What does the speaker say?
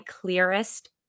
clearest